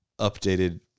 updated